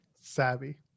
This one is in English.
Savvy